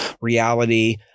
reality